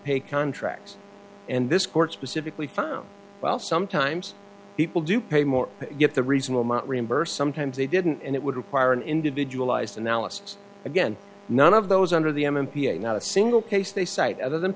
pay contracts and this court specifically found well sometimes people do pay more get the reasonable amount reimbursed sometimes they didn't and it would require an individualized analysis again none of those under the m p a not a single case they cite other than